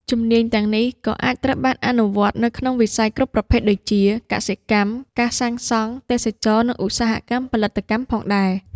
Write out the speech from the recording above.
ជំនាញទាំងនេះក៏អាចត្រូវបានអនុវត្តនៅក្នុងវិស័យគ្រប់ប្រភេទដូចជា កសិកម្ម ការសាងសង់ ទេសចរណ៍ និងឧស្សាហកម្មផលិតកម្មផងដែរ។